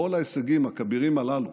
כל ההישגים הכבירים הללו